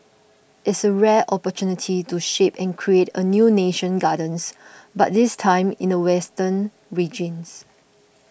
it's a rare opportunity to shape and create a new national gardens but this time in the western regions